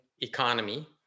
economy